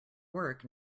work